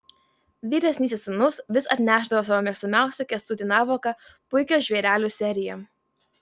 vyresnysis sūnus vis atnešdavo savo mėgstamiausią kęstutį navaką puikią žvėrelių seriją